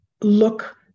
look